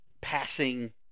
passing